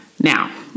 Now